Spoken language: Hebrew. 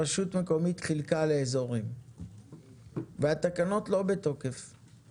רשות מקומית חילקה לאזורים והתקנות לא בתוקף,